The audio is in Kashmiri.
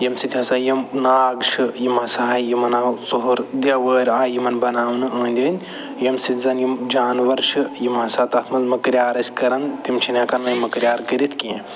ییٚمہِ سۭتۍ ہسا یِم ناگ چھِ یِم ہسا آیہِ یِمَن آو ژُہُر دیوٲرۍ آیہِ یِمَن بناونہٕ أندۍ أندۍ ییٚمہِ سۭتۍ زَنہٕ یِم جانوَر چھِ یِم ہسا تَتھ منٛز مٔکریٛار ٲسۍ کَران تِم چھِنہٕ ہٮ۪کان وۄنۍ مٔکریٛار کٔرِتھ کیٚنہہ